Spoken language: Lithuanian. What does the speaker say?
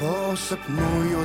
o sapnuoju